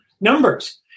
numbers